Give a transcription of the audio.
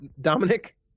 Dominic